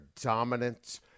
dominant